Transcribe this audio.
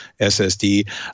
SSD